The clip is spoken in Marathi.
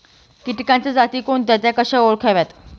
किटकांच्या जाती कोणत्या? त्या कशा ओळखाव्यात?